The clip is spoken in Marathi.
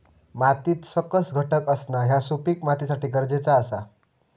मातीत सकस घटक असणा ह्या सुपीक मातीसाठी गरजेचा आसा